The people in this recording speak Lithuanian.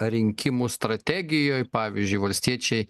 rinkimų strategijoj pavyzdžiui valstiečiai